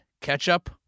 ketchup